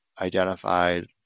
identified